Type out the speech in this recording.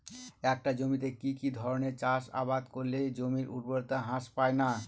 একটা জমিতে কি কি ধরনের চাষাবাদ করলে জমির উর্বরতা হ্রাস পায়না?